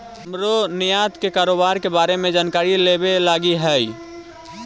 हमरो निर्यात के कारोबार के बारे में जानकारी लेबे लागी हई